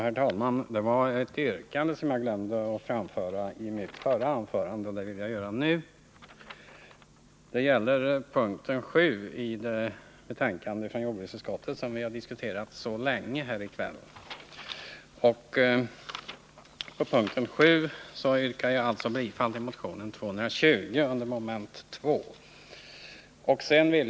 Herr talman! Jag vill ställa ett yrkande, som jag glömde att framföra i mitt förra anförande. Jag vill under punkt 7 mom. 2 i det betänkande från jordbruksutskottet som vi har diskuterat så länge här i kväll hemställa om bifall till motion 220 yrkandena 6 och 7.